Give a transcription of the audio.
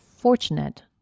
fortunate